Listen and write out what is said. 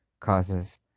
causes